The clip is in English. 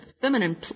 feminine